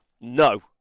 No